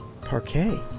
Parquet